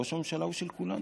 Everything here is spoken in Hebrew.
וראש הממשלה הוא של כולנו.